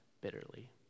bitterly